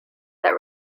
that